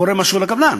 קורה משהו לקבלן?